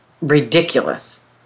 ridiculous